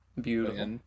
Beautiful